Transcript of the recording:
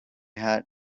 hat